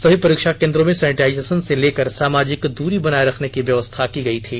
सभी परीक्षा केन्द्रों में सैनिटाइजेशन से लेकर सामाजिक दूरी बनाए रखने की व्यवस्था की गई थी